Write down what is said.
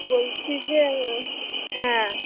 বলছি যে হ্যাঁ